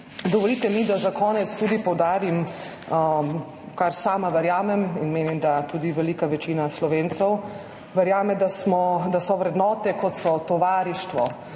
Dovolite mi, da za konec tudi poudarim, kar sama verjamem, in menim, da tudi velika večina Slovencev verjame – da so vrednote, kot so tovarištvo,